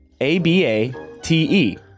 A-B-A-T-E